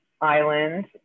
island